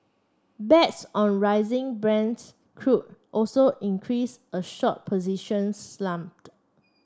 bets on rising Brent's crude also increased a short positions slumped